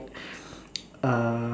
uh